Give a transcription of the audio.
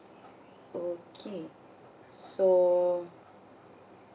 okay so